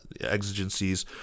exigencies